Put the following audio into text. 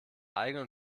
eigenen